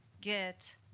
get